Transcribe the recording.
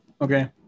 Okay